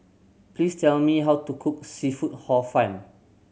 please tell me how to cook seafood Hor Fun